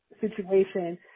situation